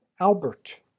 Albert